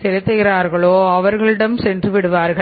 செலுத்துகிறார்களோ அவர்களிடம் சென்று விடுவார்கள்